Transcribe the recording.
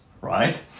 right